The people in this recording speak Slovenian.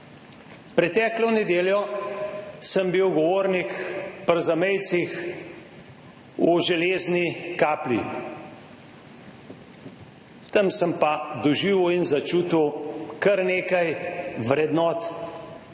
Preteklo nedeljo sem bil govornik pri zamejcih v Železni Kapli. Tam sem pa doživel in začutil kar nekaj vrednot,